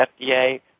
FDA